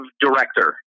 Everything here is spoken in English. director